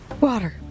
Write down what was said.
Water